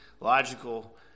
logical